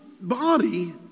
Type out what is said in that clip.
body